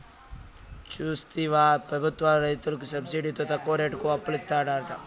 చూస్తివా పెబుత్వాలు రైతులకి సబ్సిడితో తక్కువ రేటుకి అప్పులిత్తారట